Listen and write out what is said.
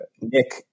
Nick